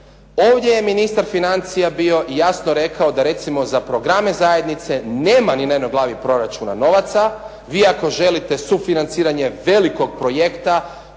Ovdje je ministar financija bio i jasno rekao da recimo za programe zajednice nema ni na jednoj glavi proračuna novaca. Vi ako želite sufinanciranje velikog projekta